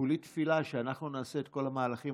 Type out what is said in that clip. כולי תפילה שאנחנו נעשה את כל המהלכים